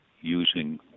using